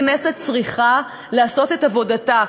הכנסת צריכה לעשות את עבודתה,